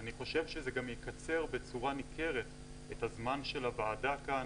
אני חושב שזה גם יקצר בצורה ניכרת את הזמן של הוועדה כאן